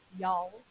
y'all